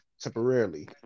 temporarily